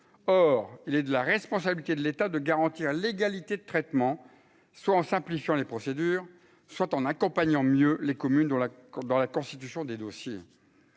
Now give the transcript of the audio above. or il est de la responsabilité de l'État, de garantir l'égalité de traitement, soit en simplifiant les procédures soit en accompagnant mieux les communes dans la dans la constitution des dossiers